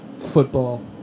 Football